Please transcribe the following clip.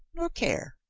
nor care.